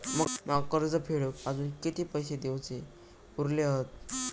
माका कर्ज फेडूक आजुन किती पैशे देऊचे उरले हत?